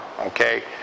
okay